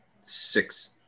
six